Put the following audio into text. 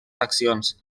accions